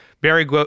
Barry